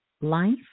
life